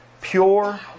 pure